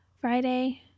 Friday